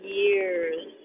years